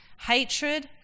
Hatred